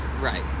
Right